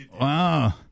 Wow